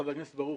חבר הכנסת ברוכי?